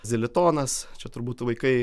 zilitonas čia turbūt vaikai